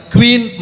Queen